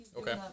Okay